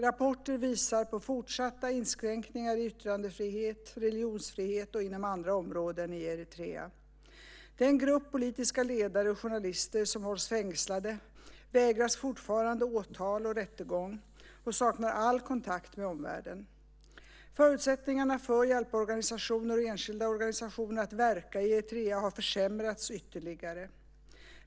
Rapporter visar på fortsatta inskränkningar i yttrandefrihet, religionsfrihet och inom andra områden i Eritrea. Den grupp politiska ledare och journalister som hålls fängslade vägras fortfarande åtal och rättegång och saknar all kontakt med omvärlden. Förutsättningarna för hjälporganisationer och enskilda organisationer att verka i Eritrea har försämrats ytterligare.